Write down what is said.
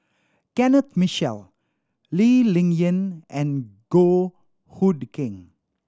Kenneth Mitchell Lee Ling Yen and Goh Hood Keng